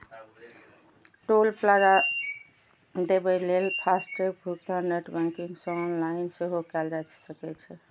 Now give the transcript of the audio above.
टोल plaza देबय लेल FASTag भुगतान नेट बैंकिंग सं ऑनलाइन सेहो कैल जा सकै छै